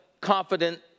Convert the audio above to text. confident